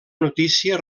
notícia